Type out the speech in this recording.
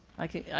i can